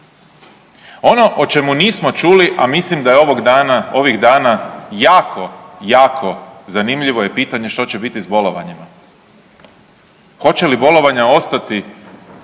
Ono o čemu nismo čuli, a mislim da je ovog dana, ovih dana jako, jako zanimljivo je pitanje što će biti s bolovanjima. Hoće li bolovanja ostati